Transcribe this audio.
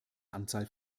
anzahl